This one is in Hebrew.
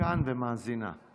כל שבוע עושה פיגוע,